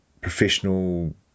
professional